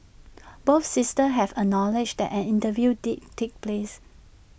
both sisters have acknowledged that an interview did take place